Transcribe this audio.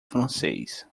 francês